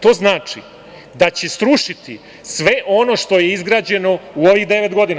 To znači da će srušiti sve ono što je izgrađeno u ovih devet godina.